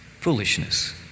foolishness